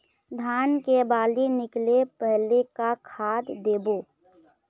धान के बाली निकले पहली का खाद देबो?